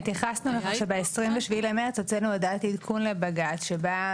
התייחסנו לכך שב-27 במרץ הוצאנו הודעת עדכון לבג"ץ שבה,